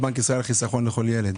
חיסכון לכל ילד.